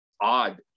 odd